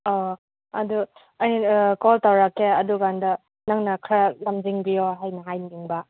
ꯑꯥ ꯑꯗꯨ ꯑꯩꯅ ꯀꯣꯜ ꯇꯧꯔꯛꯀꯦ ꯑꯗꯨ ꯀꯥꯟꯗ ꯅꯪꯅ ꯈꯔ ꯂꯝꯖꯤꯡꯕꯤꯌꯣ ꯍꯥꯏꯅ ꯍꯥꯏꯅꯤꯡꯕ